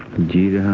devi!